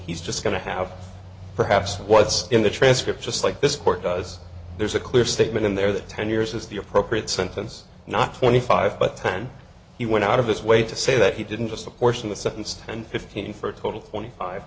he's just going to have perhaps what's in the transcript just like this court does there's a clear statement in there that ten years is the appropriate sentence not twenty five but time he went out of this way to say that he didn't just apportion the sentence ten fifteen for a total of twenty five